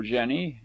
Jenny